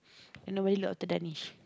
then nobody look after their niche